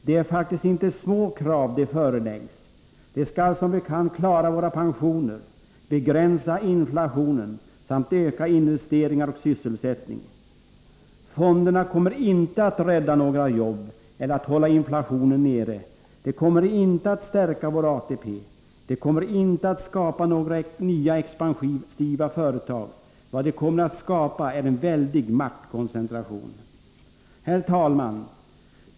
Det är faktiskt inte små krav de föreläggs. De skall som bekant klara våra pensioner, begränsa inflationen samt öka investeringar och sysselsättning. Fonderna kommer inte att rädda några jobb eller att hålla inflationen nere. De kommer inte att stärka vår ATP. De kommer inte att skapa några nya expansiva företag. Vad de kommer att skapa är en väldig maktkoncentration. Herr talman!